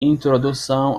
introdução